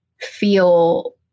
feel